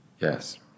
Yes